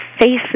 faces